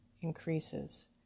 increases